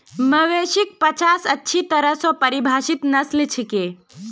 मवेशिक पचास अच्छी तरह स परिभाषित नस्ल छिके